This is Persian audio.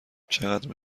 چقدر